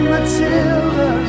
Matilda